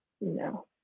no